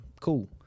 Cool